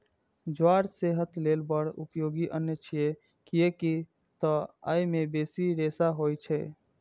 ज्वार सेहत लेल बड़ उपयोगी अन्न छियै, कियैक तं अय मे बेसी रेशा होइ छै